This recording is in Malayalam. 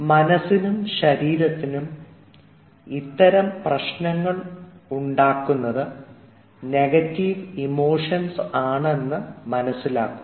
മനസ്സിനും ശരീരത്തിനും ഇത്തരം പ്രശ്നങ്ങളുണ്ടാക്കുന്നത് നെഗറ്റീവ് ഇമോഷൻസ് ആണ് എന്ന് മനസ്സിലാക്കുക